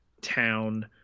town